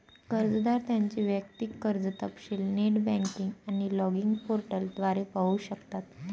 कर्जदार त्यांचे वैयक्तिक कर्ज तपशील नेट बँकिंग आणि लॉगिन पोर्टल द्वारे पाहू शकतात